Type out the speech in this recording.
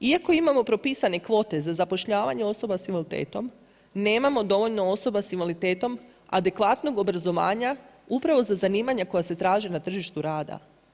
Iako imamo propisane kvote za zapošljavanje osoba s invaliditetom nemamo dovoljno osoba s invaliditetom adekvatnog obrazovanja upravo za zanimanja koja se traže na tržištu rada.